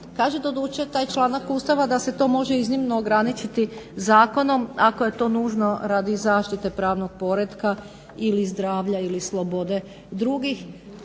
Kaže doduše taj članak Ustava da se to može iznimno ograničiti zakonom ako je to nužno radi zaštite pravnog poretka ili zdravlja ili slobode drugih.